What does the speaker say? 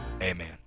Amen